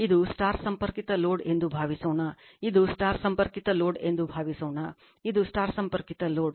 ಇದು ಸ್ಟಾರ್ ಸಂಪರ್ಕಿತ ಲೋಡ್ ಎಂದು ಭಾವಿಸೋಣ ಇದು ಸ್ಟಾರ್ ಸಂಪರ್ಕಿತ ಲೋಡ್ ಎಂದು ಭಾವಿಸೋಣ ಇದು ಸ್ಟಾರ್ ಸಂಪರ್ಕಿತ ಲೋಡ್